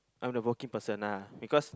I'm the working person lah because